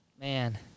Man